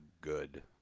good